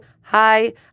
hi